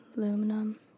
Aluminum